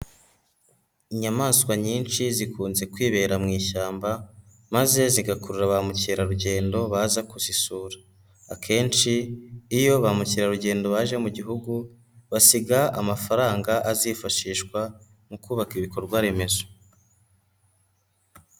Inyamaswa nyinshi zikunze kwibera mu ishyamba maze zigakurura ba mukerarugendo baza kuzisura, akenshi iyo ba mukerarugendo baje mu gihugu basiga amafaranga azifashishwa mu kubaka ibikorwa remezo.